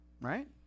Right